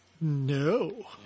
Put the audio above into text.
No